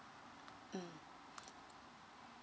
mm